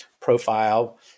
profile